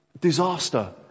disaster